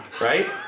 Right